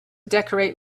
decorate